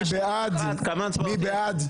מי בעד?